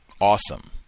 Awesome